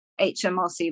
HMRC